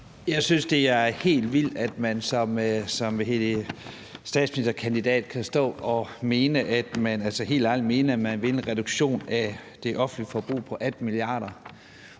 Jeg synes, det er helt vildt, at man som statsministerkandidat kan stå og helt ærligt mene, at man vil have en reduktion af det offentlige forbrug på 18 mia. kr.